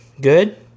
good